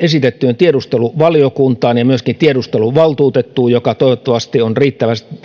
esitettyyn tiedusteluvaliokuntaan ja myöskin tiedusteluvaltuutettuun joka toivottavasti on